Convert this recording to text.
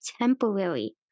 temporary